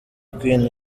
queen